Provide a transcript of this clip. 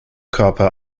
körper